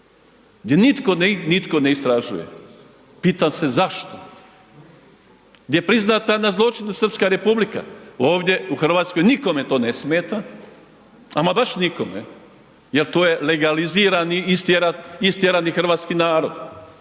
gdje nitko ne istražuje. Pitam se zašto? Gdje je priznata na zločinu srpska republika, ovdje u Hrvatskoj nikome to ne smeta, ama baš nikome jer to je legalizirani istjerani hrvatski narod